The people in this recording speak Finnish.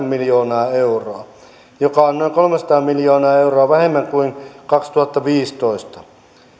miljoonaa euroa joka on noin kolmesataa miljoonaa euroa vähemmän kuin kaksituhattaviisitoista